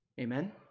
Amen